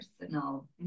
personal